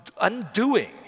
undoing